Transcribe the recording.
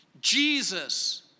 Jesus